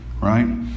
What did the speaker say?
right